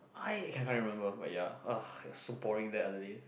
I I can't remember but ya !ugh! so boring there Adelaide